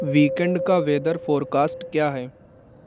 weekend کا weather forecast کیا ہے